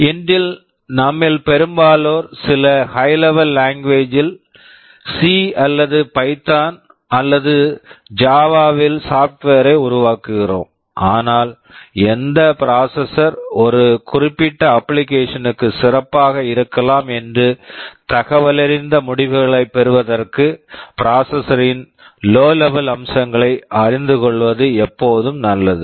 இன்று நம்மில் பெரும்பாலோர் சில high level language high level language ல் சி C அல்லது பைதான் Python அல்லது ஜாவா Java வில் சாப்ட்வேர் software ஐ உருவாக்குகிறோம் ஆனால் எந்த ப்ராசஸர் processor ஒரு குறிப்பிட்ட அப்ளிகேஷன் application க்கு சிறப்பாக இருக்கலாம் என்று தகவலறிந்த முடிவுகளைப் பெறுவதற்கு ப்ராசஸர் processor ன் லோ லெவல் low level அம்சங்களை அறிந்து கொள்வது எப்போதும் நல்லது